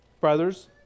Brothers